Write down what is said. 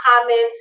comments